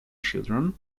children